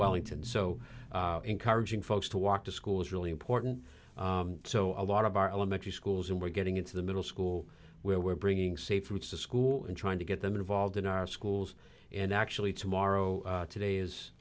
wellington so encouraging folks to walk to school is really important so a lot of our elementary schools and we're getting into the middle school where we're bringing safe routes to school and trying to get them involved in our schools and actually tomorrow today